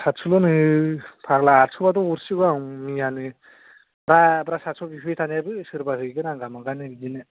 साटस'ल'नो फाग्ला आदस'बाथ' हरसिगौ आं मैयानो ब्रा ब्रा साटस' बिफैबाय थानायानो सोरबा हैगोन आंगा मांगानो बिदिनो